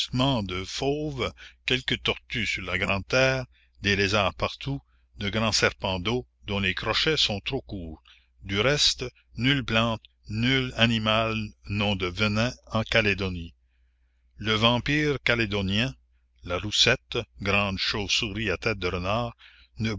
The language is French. de fauve quelques tortues sur la grande terre des lézards partout de grands serpents d'eau dont les crochets sont trop courts du reste nulle plante nul animal n'ont de venin en calédonie le vampire calédonien la roussette grande